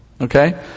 Okay